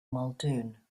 muldoon